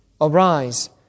Arise